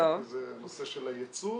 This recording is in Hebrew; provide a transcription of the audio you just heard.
זה נושא של הייצוא,